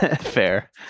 fair